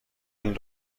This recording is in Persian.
این